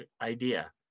idea